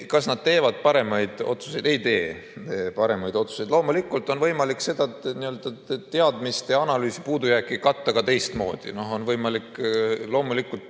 Kas nad teevad paremaid otsuseid? Ei tee paremaid otsuseid. Loomulikult on võimalik seda teadmiste ja analüüsi puudujääki katta ka teistmoodi. On võimalik teoreetiliselt